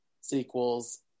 sequels